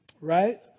right